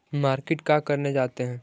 Market का करने जाते हैं?